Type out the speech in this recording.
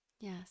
Yes